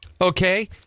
okay